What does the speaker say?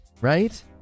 Right